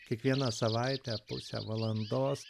kiekvieną savaitę pusę valandos